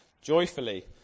joyfully